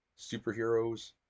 superheroes